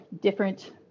different